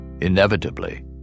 Inevitably